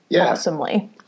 awesomely